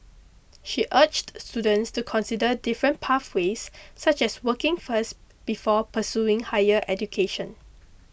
she urged students to consider different pathways such as working first before pursuing higher education